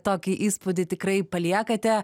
tokį įspūdį tikrai paliekate